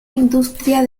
industria